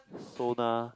soda